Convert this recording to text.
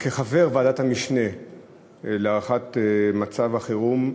כחבר ועדת המשנה להארכת מצב החירום,